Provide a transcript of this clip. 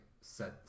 set